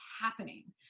happening